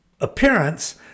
appearance